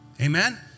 Amen